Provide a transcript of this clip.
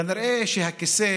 כנראה הכיסא